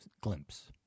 glimpse